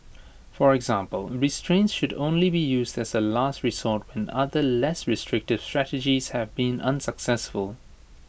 for example restraints should only be used as A last resort when other less restrictive strategies have been unsuccessful